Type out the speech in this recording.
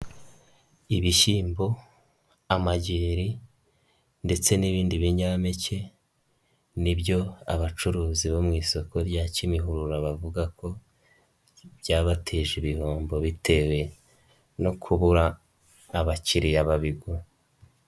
ibishyimbo, amageri ndetse n'ibindi binyampeke nibyo abacuruzi bo mu isoko rya Kimihurura bavuga ko byabateje ibihombo, bitewe no kubura abakiriya babigura.